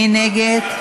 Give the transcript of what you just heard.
מי נגד?